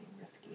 risky